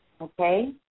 Okay